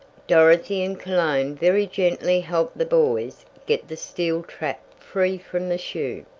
dorothy and cologne very gently helped the boys get the steel trap free from the shoe.